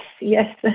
yes